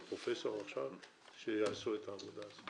או שהוא פרופסור עכשיו, שיעשו שם את העבודה הזאת.